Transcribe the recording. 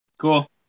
Cool